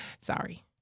Sorry